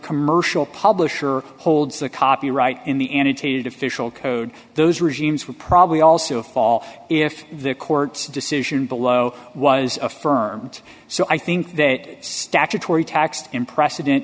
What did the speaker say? commercial publisher holds the copyright in the annotated official code those regimes would probably also fall if the court's decision below was affirmed so i think that statutory tax in precedent